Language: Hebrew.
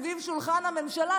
סביב שולחן הממשלה,